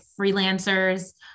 freelancers